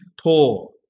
poor